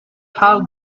how